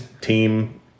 team